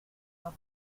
nos